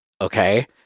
okay